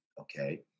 okay